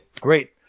Great